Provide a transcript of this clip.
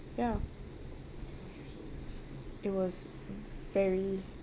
ya it was very